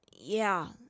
Yeah